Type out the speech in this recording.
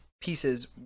pieces